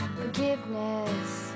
forgiveness